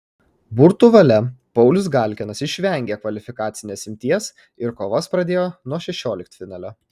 burtų valia paulius galkinas išvengė kvalifikacinės imties ir kovas pradėjo nuo šešioliktfinalio